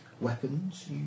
weapons